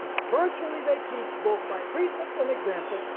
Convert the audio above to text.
virtually they teach, both by precept and example,